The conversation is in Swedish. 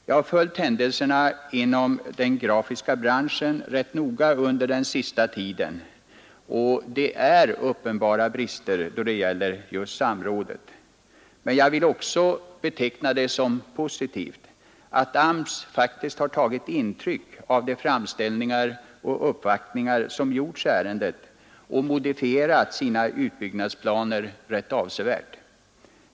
Jag har följt händelserna inom den grafiska branschen rätt noga under sista tiden, och det råder uppenbara brister när det gäller samrådet. Men jag vill också beteckna det som positivt att AMS faktiskt tagit intryck av de framställningar och uppvaktningar som gjorts i ärendet och avsevärt modifierat sina utbyggnadsplaner.